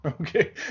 Okay